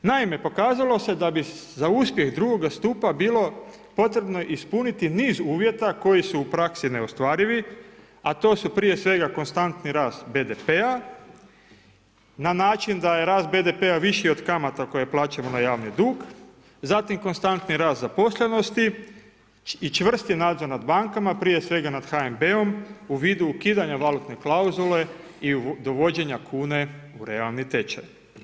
Naime pokazalo se da bi za uspjeh drugog stupa bilo potrebno ispuniti niz uvjeta koji su praksi neostvarivi, a to su prije svega konstantni rast BDP-a na način da je rast BDP-a viši od kamata koje plaćamo na javni dug zatim konstantni rad zaposlenosti i čvrsti nadzor nad bankama, prije svega nad HNB-om u vidu ukidanja valutne klauzule i dovođenja kune u realni tečaj.